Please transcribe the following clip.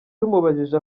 tumubajije